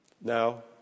Now